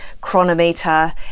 Chronometer